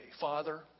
Father